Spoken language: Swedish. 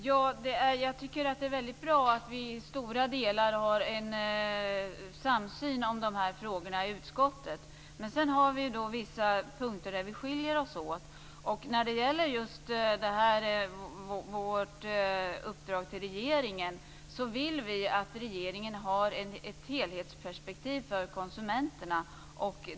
Fru talman! Jag tycker att det är väldigt bra att vi i stora delar har en samsyn om de här frågorna i utskottet. Men sedan har vi vissa punkter där vi skiljer oss åt. När det gäller just vårt uppdrag till regeringen vill vi att regeringen har ett helhetsperspektiv för konsumenterna.